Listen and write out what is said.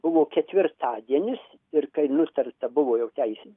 buvo ketvirtadienis ir kai nutarta buvo jau tais